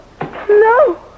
No